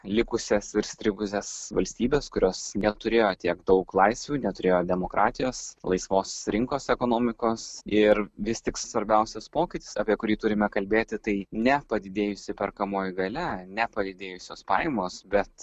likusias ir strigusias valstybes kurios neturėjo tiek daug laisvių neturėjo demokratijos laisvos rinkos ekonomikos ir vis tik svarbiausias pokytis apie kurį turime kalbėti tai ne padidėjusi perkamoji galia ne padidėjusios pajamos bet